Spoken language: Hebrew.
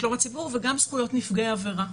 שלום הציבור וזכויות נפגעי עברה.